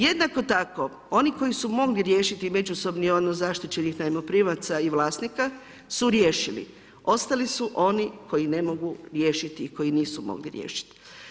Jednako tako oni koji su mogli riješiti međusobni odnos zaštićenih najmoprimaca i vlasnika su riješili, ostali su oni koji ne mogu riješiti i koji nisu mogli riješiti.